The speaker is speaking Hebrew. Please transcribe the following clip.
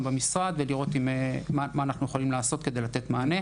במשרד ולראות מה אנחנו יכולים לעשות כדי לתת מענה.